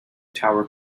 tower